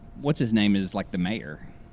what's-his-name-is-like-the-mayor